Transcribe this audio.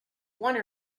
one